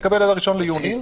יקבל עד ה-1 ביוני.